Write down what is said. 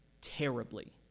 Terribly